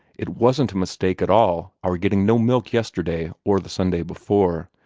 it wasn't a mistake at all, our getting no milk yesterday or the sunday before.